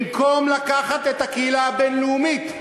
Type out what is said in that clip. במקום לקחת את הקהילה הבין-לאומית,